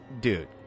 Dude